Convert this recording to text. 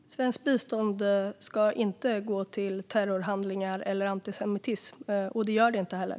Fru talman! Svenskt bistånd ska inte gå till terrorhandlingar eller antisemitism, och det gör det inte heller.